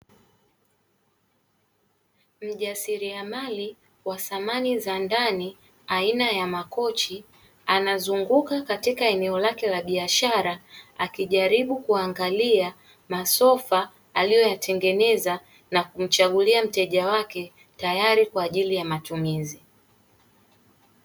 Mjasiriamali wa samani za ndani aina ya makochi anazunguka katika eneo lake la biashara, akijaribu kuangalia masofa aliyoyatengeneza na kumchagulia mteja wake tayari kwa ajili ya matumizi.